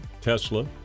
Tesla